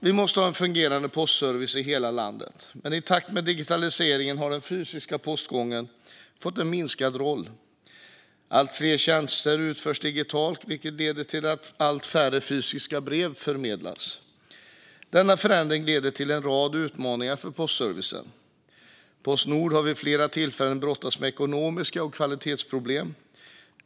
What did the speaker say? Vi måste ha en fungerande postservice i hela landet, men i takt med digitaliseringen har den fysiska postgången fått en minskad roll. Allt fler tjänster utförs digitalt, vilket leder till att allt färre fysiska brev förmedlas. Denna förändring leder till en rad utmaningar för postservicen. Postnord har vid flera tillfällen brottats med ekonomiska och kvalitetsmässiga problem.